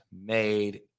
made